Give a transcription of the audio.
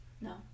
No